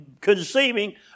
conceiving